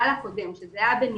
האדם החולה מקבל שני טלפונים